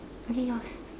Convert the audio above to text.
okay yours